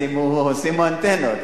שימו אנטנות.